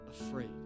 afraid